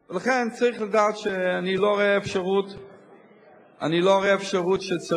לכן, אני לא חושב שזה נכון שכרגע